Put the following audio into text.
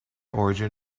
origin